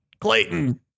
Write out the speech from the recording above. Clayton